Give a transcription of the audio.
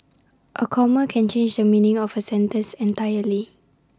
A comma can change the meaning of A sentence entirely